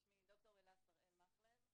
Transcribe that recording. אני גם מרצה בתחום הזה במכללת לוינסקי לחינוך.